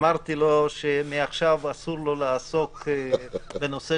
אמרתי לו שמעכשיו אסור לו לעסוק בנושא